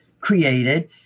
created